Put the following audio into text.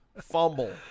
Fumble